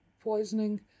poisoning